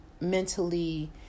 mentally